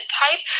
type